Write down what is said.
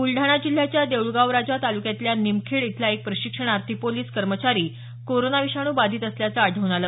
ब्लडाणा जिल्ह्याच्या देऊळगाव राजा तालुक्यातला निमखेड इथला एक प्रशिक्षणार्थी पोलीस कर्मचारी कोरोना विषाणू बाधित असल्याचं आढळून आलं